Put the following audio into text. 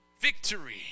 victory